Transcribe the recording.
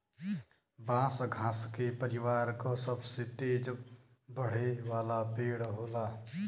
बांस घास के परिवार क सबसे तेज बढ़े वाला पेड़ होला